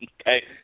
Okay